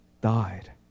died